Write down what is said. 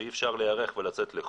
כשאי אפשר לצאת לחו"ל,